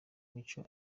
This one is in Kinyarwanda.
mico